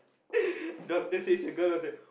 the doctor say it was a girl I was like